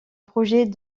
projet